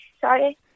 sorry